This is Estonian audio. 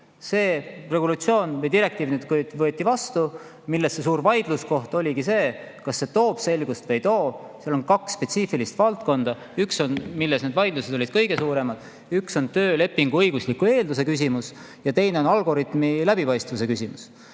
See resolutsioon või direktiiv nüüd võeti vastu. Suur vaidluskoht oligi see, kas see toob selgust või ei too. Seal on kaks spetsiifilist valdkonda. Üks on, ja selle üle olid vaidlused kõige suuremad, töölepingu õigusliku eelduse küsimus. Teine on algoritmi läbipaistvuse küsimus.